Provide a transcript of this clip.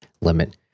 limit